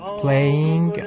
playing